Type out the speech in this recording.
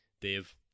Dave